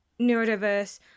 neurodiverse